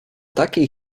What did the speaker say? takiej